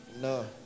No